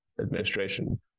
administration